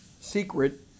secret